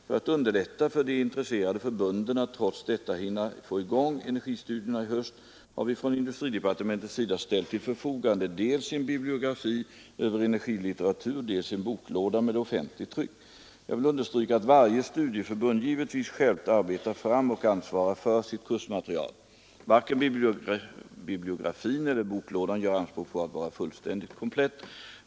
För att underlätta för de intresserade förbunden att trots detta hinna få i gång energistudierna i höst har vi från industridepartementets sida ställt till förfogande dels en bibliografi över energilitteratur, dels en boklåda med offentligt tryck. Jag vill understryka att varje studieförbund givetvis självt arbetar fram och ansvarar för sitt kursmaterial. Varken bibliografin eller boklådan gör anspråk på att vara fullständigt komplett.